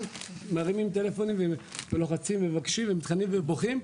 מרימים טלפונים ולוחצים ומבקשים ומתחננים ובוכים,